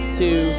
two